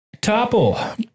Topple